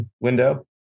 window